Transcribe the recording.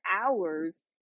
hours